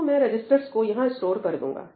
तो मैं रजिस्टर्स को यहां स्टोर कर दूंगा